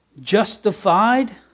justified